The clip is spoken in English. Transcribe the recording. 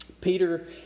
Peter